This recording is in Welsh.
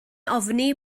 ofni